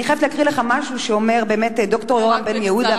אני חייבת להקריא לך משהו שאומר ד"ר יורם בן-יהודה,